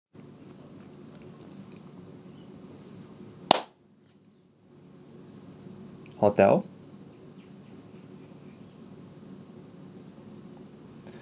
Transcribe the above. hotel